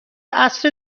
عصر